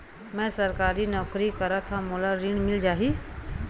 मै सरकारी नौकरी करथव मोला ऋण मिल जाही?